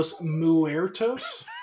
Muertos